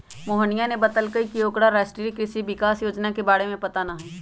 मोहिनीया ने बतल कई की ओकरा राष्ट्रीय कृषि विकास योजना के बारे में पता ना हई